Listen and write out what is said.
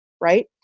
right